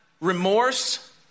remorse